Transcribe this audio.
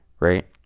Right